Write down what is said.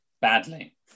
badly